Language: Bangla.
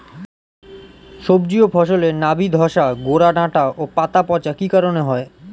সবজি ও ফসলে নাবি ধসা গোরা ডাঁটা ও পাতা পচা কি কারণে হয়?